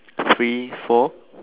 three four